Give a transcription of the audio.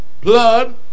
blood